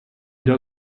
der